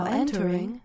entering